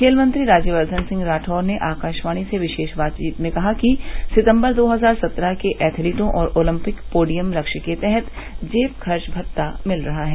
खेलमंत्री राज्यवर्धन राठौर ने आकाशवाणी से विशेष बातचीत में कहा कि सितंबर दो हजार सत्रह से एथलीटों को ओलंपिक पोडियम लक्ष्य के तहत जेब खर्च भत्ता मिल रहा है